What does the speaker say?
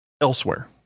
elsewhere